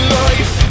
life